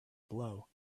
blow